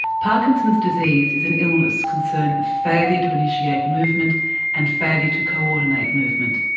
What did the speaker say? parkinson's disease is an illness concerned with failure to initiate movement and failure to co-ordinate movement.